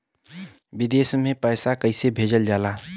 विदेश में पैसा कैसे भेजल जाला?